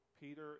Peter